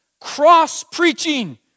cross-preaching